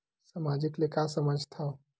सामाजिक ले का समझ थाव?